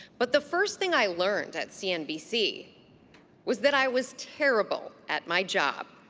but the first thing i learned at cnbc was that i was terrible at my job.